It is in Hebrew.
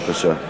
בבקשה.